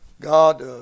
God